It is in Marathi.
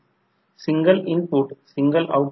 तर K v l ला लागू केल्यास तर I2 R2 j I2 X2 असेल आणि V2 आहे